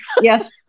Yes